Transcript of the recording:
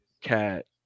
Cat